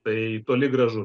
tai toli gražu